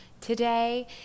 today